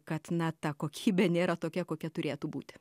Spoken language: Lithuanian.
kad na ta kokybė nėra tokia kokia turėtų būti